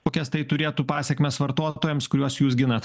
kokias tai turėtų pasekmes vartotojams kuriuos jūs ginat